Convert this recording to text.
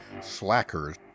Slackers